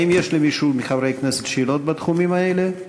האם יש למישהו מחברי הכנסת שאלות בתחומים האלה?